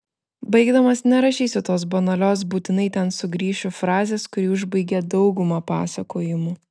baigdamas nerašysiu tos banalios būtinai ten sugrįšiu frazės kuri užbaigia daugumą pasakojimų